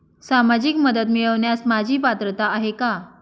सामाजिक मदत मिळवण्यास माझी पात्रता आहे का?